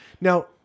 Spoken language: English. Now